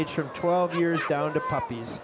age from twelve years down the puppies